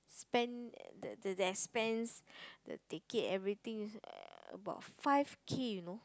spend uh the the expense their ticket everything is uh about five K you know